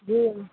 जी